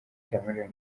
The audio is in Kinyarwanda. chameleone